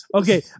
Okay